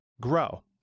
grow